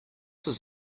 his